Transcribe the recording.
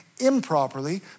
improperly